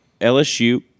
LSU